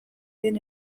den